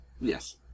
Yes